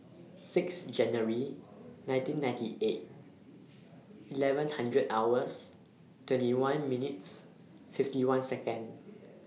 six January nineteen ninety eight eleven hundred hours twenty one minutes fifty one Second